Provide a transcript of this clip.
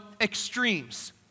extremes